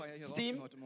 steam